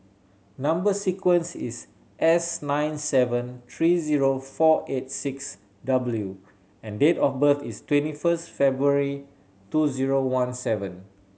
number sequence is S nine seven three zero four eight six W and date of birth is twenty first February two zero one seven